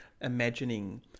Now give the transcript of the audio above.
imagining